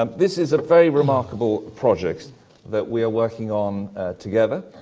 um this is a very remarkable project that we are working on together.